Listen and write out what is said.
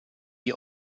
die